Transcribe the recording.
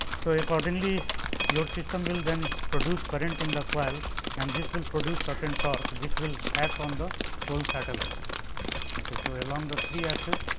so, accordingly your system will then produce current in the coil and this will produce certain torque which will act on the whole satellite and ok. so, along the three axis,